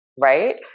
right